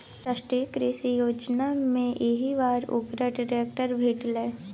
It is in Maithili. राष्ट्रीय कृषि विकास योजनामे एहिबेर ओकरा ट्रैक्टर भेटलै